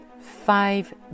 five